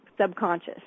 subconscious